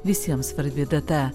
visiems svarbi data